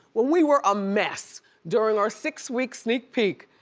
when we were a mess during our six week sneak peek,